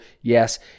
Yes